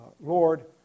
Lord